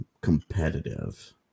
competitive